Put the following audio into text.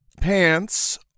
pants